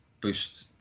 Boost